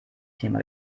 thema